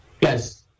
Yes